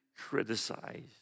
criticized